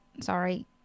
Sorry